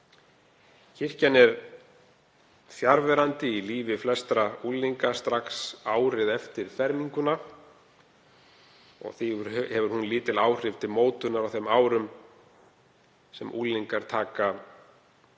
Kirkjan er fjarverandi í lífi flestra unglinga strax árið eftir fermingu. Því hefur hún lítil áhrif til mótunar á þeim árum sem unglingar taka